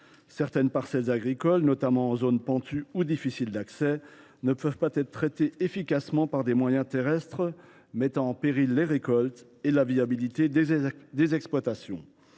Certaines parcelles agricoles, notamment en zones pentues ou difficiles d’accès, ne peuvent pas être traitées efficacement par des moyens terrestres, mettant en péril les récoltes et la viabilité des exploitations.